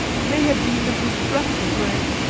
it may have been that his breath was rank,